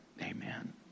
amen